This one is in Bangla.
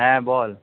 হ্যাঁ বল